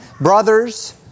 brothers